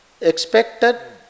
expected